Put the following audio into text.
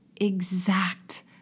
exact